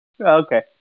okay